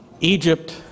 Egypt